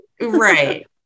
Right